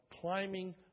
climbing